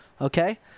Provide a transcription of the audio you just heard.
okay